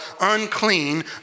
unclean